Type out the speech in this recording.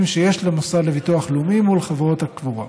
שיש למוסד לביטוח לאומי מול חברות הקבורה.